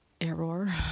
error